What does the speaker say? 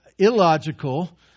illogical